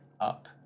up